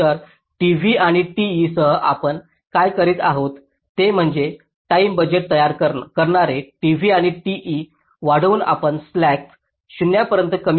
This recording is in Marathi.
तर t v आणि t e सह आपण काय करीत आहोत ते म्हणजे टाईम बजेट तयार करणारे t v आणि t e वाढवून आपण स्लॅक 0 पर्यंत कमी करण्याचा प्रयत्न करीत आहोत